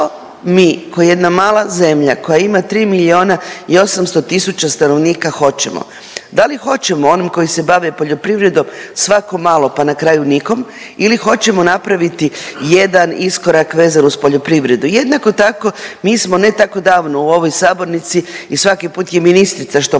mi ko jedna mala zemlja koja ima 3 miliona i 800 tisuća stanovnika hoćemo. Da li hoćemo onim koji se bave poljoprivredom svakom malo pa na kraju nikom ili hoćemo napraviti jedan iskorak vezan uz poljoprivredu. Jednako tako mi smo ne tako davno u ovoj sabornici i svaki put je ministrica što